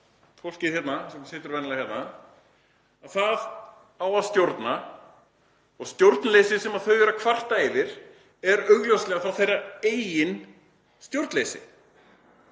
fólkið sem situr venjulega hérna, eiga að stjórna og stjórnleysið sem þau eru að kvarta yfir er augljóslega þá þeirra eigið stjórnleysi,